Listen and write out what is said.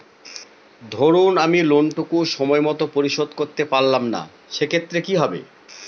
ধরুন আমি লোন টুকু সময় মত পরিশোধ করতে পারলাম না সেক্ষেত্রে কি হবে?